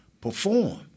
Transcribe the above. perform